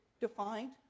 defined